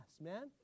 man